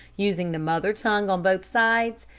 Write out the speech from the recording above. using the mother-tongue on both sides,